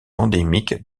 endémique